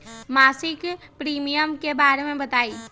मासिक प्रीमियम के बारे मे बताई?